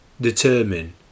Determine